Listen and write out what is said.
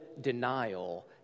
denial